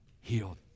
Healed